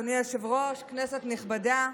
אדוני היושב-ראש, כנסת נכבדה,